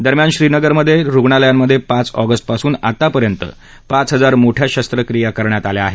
दरम्यान श्रीनगरमध्ये रुग्णालयांमध्ये पाच ऑगस्टपासून आतापर्यंत पाच हजार मोठ्या शस्त्रक्रिया करण्यात आल्या आहेत